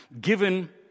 given